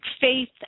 faith